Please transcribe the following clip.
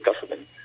government